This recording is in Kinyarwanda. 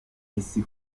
isi